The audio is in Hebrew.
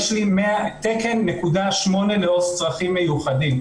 יש לי 1.8 תקן לעו"ס צרכים מיוחדים,